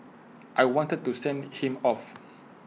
I wanted to send him off